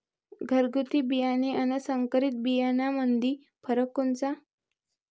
घरगुती बियाणे अन संकरीत बियाणामंदी फरक कोनचा?